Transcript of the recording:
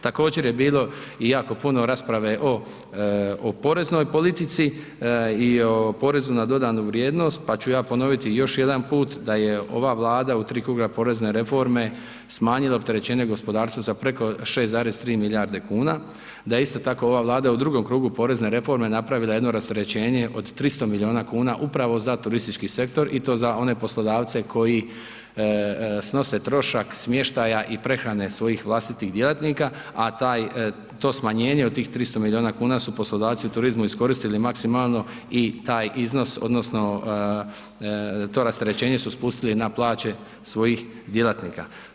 Također je bilo i jako puno rasprave o poreznoj politici i o PDV-u, pa ću ja ponoviti još jedanput da je ova Vlada u 3 kruga porezne reforme smanjila opterećenje gospodarstva za preko 6,3 milijarde kuna, da je isto tako ova Vlada u drugom krugu porezne reforme napravila jedno rasterećenje od 300 milijuna kuna upravo za turistički sektor i to za one poslodavce koji snose trošak smještaja i prehrane svojih vlastitih djelatnika, a to smanjenje od tih 300 milijuna kuna su poslodavci u turizmu iskoristili maksimalno i taj iznos odnosno to rasterećenje su spustili na plaće svojih djelatnika.